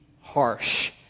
harsh